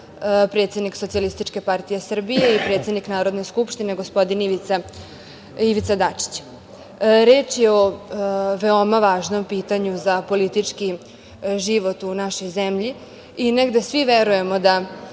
predsedava predsednik SPS i predsednik Narodne skupštine gospodin Ivica Dačić. Reč je o veoma važnom pitanju za politički život u našoj zemlji i negde svi verujemo da